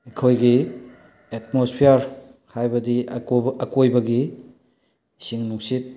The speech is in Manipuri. ꯑꯩꯈꯣꯏꯒꯤ ꯑꯦꯠꯃꯣꯁꯐꯤꯌꯥꯔ ꯍꯥꯏꯕꯗꯤ ꯑꯀꯣꯏꯕꯒꯤ ꯏꯁꯤꯡ ꯅꯨꯡꯁꯤꯠ